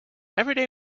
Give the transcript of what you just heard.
everyday